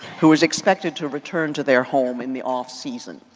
who is expected to return to their home in the off season.